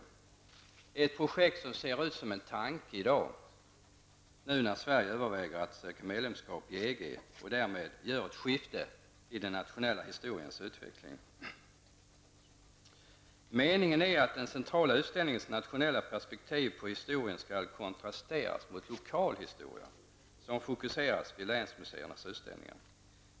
Det är ett projekt som ser ut som en tanke nu när Sverige överväger att söka medlemskap i EG och därmed gör ett skifte i den nationella historiens utveckling. Meningen är att den centrala utställningens nationella perspektiv på historien skall kontrasteras mot lokal historia, som fokuseras vid länsmuseernas utställningar.